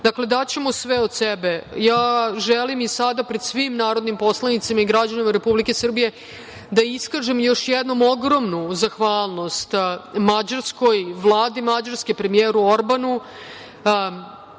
jednom, daćemo sve od sebe. Ja želim i sada pred svim narodnim poslanicima i građanima Republike Srbije da iskažem još jednom ogromnu zahvalnost Mađarskoj, Vladi Mađarske, premijeru Orbanu